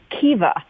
Kiva